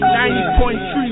90.3